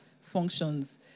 functions